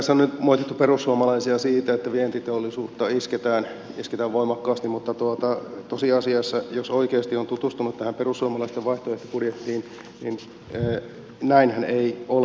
tässä on nyt moitittu perussuomalaisia siitä että vientiteollisuutta isketään voimakkaasti mutta tosiasiassa jos oikeasti on tutustunut tähän perussuomalaisten vaihtoehtobudjettiin näinhän ei ole